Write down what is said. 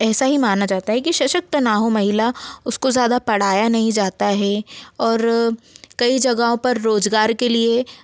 ऐसा ही माना जाता है कि सशक्त ना हो महिला उसको ज़्यादा पढ़ाया नहीं जाता है और कई जगहों पर रोज़गार के लिए